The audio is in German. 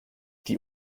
die